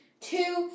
two